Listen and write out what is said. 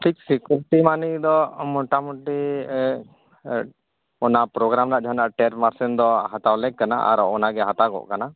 ᱴᱷᱤᱠ security money ᱫᱚ ᱢᱚᱴᱟ ᱢᱩᱴᱤ ᱮᱫ ᱚᱱᱟ ᱯᱨᱳᱜᱨᱟᱢ ᱨᱮᱱᱟᱜ ᱡᱟᱦᱟᱱᱟᱜ ᱴᱮᱱ ᱯᱟᱨᱥᱮᱱᱴ ᱫᱚ ᱦᱟᱛᱟᱣ ᱞᱮᱜᱽ ᱠᱟᱱᱟ ᱟᱨ ᱚᱱᱟᱜᱮ ᱦᱟᱛᱟᱜᱚᱜ ᱠᱟᱱᱟ